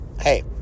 Hey